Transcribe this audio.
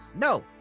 No